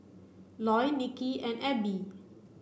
Loy Niki and Ebbie